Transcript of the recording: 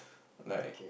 like